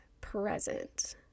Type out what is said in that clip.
present